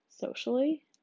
socially